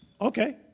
okay